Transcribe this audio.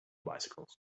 bicycles